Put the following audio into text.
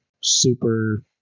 super